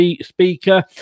speaker